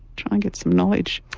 try and get some knowledge.